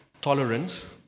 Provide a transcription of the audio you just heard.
tolerance